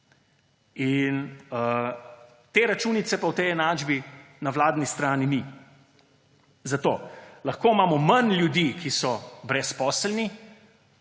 Te računice pa v tej enačbi na vladni strani ni. Lahko imamo manj ljudi, ki so brezposelni.